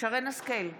שרן מרים השכל,